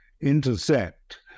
intersect